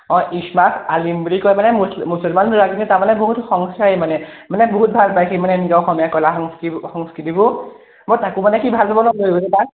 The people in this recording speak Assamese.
অঁ আলি বুলি কয় মানে মুছলমানবিলাকে তাৰমানে বহুত সংস্কাৰী মানে মানে বহুত ভাল পায় সি মানে নিজৰ অসমীয় কলা কলা সংস্কৃতিবোৰ মই তাকো মানে সি ভাল পাব ন লৈ গ'লে তাক